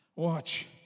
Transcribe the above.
Watch